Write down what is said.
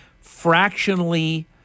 fractionally